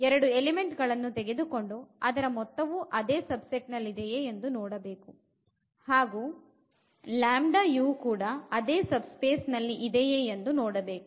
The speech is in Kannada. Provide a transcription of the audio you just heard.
ಎರಡು ಎಲಿಮೆಂಟ್ ಗಳನ್ನು ತೆಗೆದುಕೊಂಡು ಅದರ ಮೊತ್ತವೂ ಅದೇ ಸಬ್ ಸೆಟ್ ನಲ್ಲಿದೆಯೇ ಎಂದು ನೋಡಬೇಕೋ ಹಾಗು u ಕೂಡ ಅದೇ ಸಬ್ ಸ್ಪೇಸ್ ನಲ್ಲಿದೆಯೇ ಎಂದು ನೋಡಬೇಕು